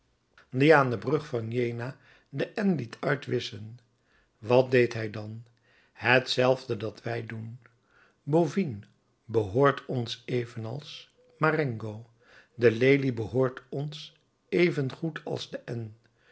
die aan de brug van jena de n liet uitwisschen wat deed hij dan hetzelfde dat wij doen bouvines behoort ons evenals marengo de lelie behoort ons evengoed als de n